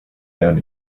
down